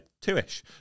two-ish